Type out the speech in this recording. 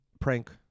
Prank